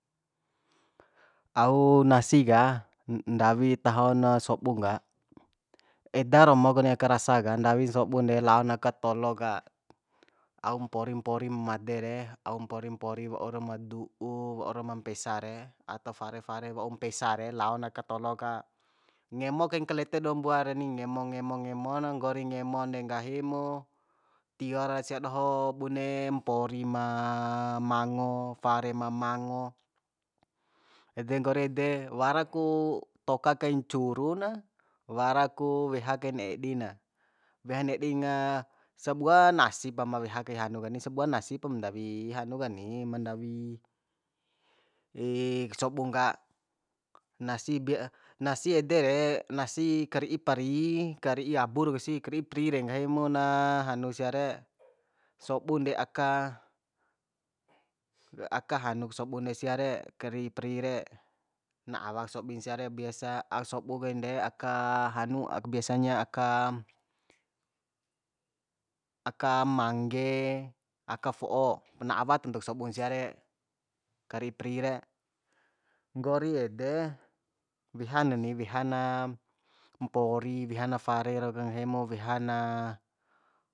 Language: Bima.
Au nasi ka ndawi tahona sobun ka eda romo kuni aka rasa ka ndawin sa sobun de laon aka tolo ka aum mpori mpori made re au mpori mpori waura madu'u waura ma mpesa re ato fare fare waum mpesa re laon aka tolo ka ngemo kain kalete dua mbua reni ngemo ngemo ngemo na nggori ngemon de nggahi mu tiora sia doho bune mpori ma mango fare ma mango ede nggori ede wara ku toka kain curu na wara ku weha kain edi na wehan edi na sabua nasi pam weha kai hanu kani sabua nasi pam ndawi hanu kani ma ndawi sobung ka nasi nasi ede re nasi kari'i pari kari'i abu rau kasi ka ri'i pari de nggahi mu na hanu sia re sabun de aka aka hanuk sobun de sia de kari'i pari de na awak sobun sia re biasa sabu kain de aka hanu biasanya aka aka mangge aka fo'o na awa tantuk sabun sia re kari'i pari re nggori ede wehan neni wehana mpori weha na fare rau ka nggahi mu weha na